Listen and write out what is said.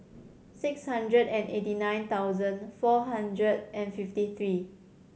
six hundred and eighty nine thousand four hundred and fifty three